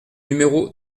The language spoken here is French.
numéro